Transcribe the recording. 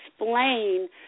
explain